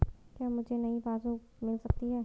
क्या मुझे नयी पासबुक बुक मिल सकती है?